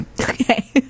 Okay